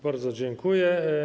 Bardzo dziękuję.